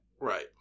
right